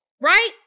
right